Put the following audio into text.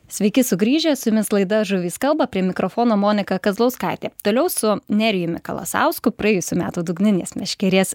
sveiki sugrįžę su jumis laida žuvys kalba prie mikrofono monika kazlauskaitė toliau su nerijumi kalasausku praėjusių metų dugninės meškerės